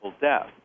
death